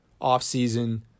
offseason